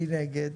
מי נגד?